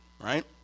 right